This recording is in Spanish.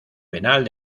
penal